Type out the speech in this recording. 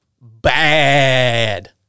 bad